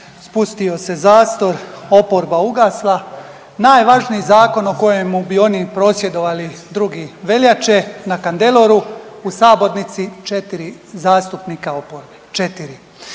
spustio se zastor, oporba ugasla. Najvažniji zakon o kojemu bi oni prosvjedovali 2. veljače na kandeloru u sabornici 4 zastupnika oporbe četiri.